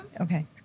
okay